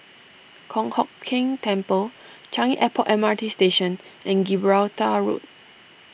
Kong Hock Keng Temple Changi Airport M R T Station and Gibraltar Road